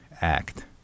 act